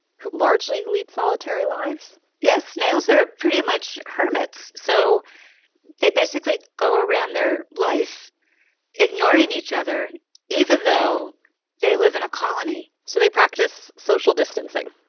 who largely lead solitary lives yes. snails are pretty much hermits. so they basically go around their life ignoring each other even though they live in a colony so they practice social distancing,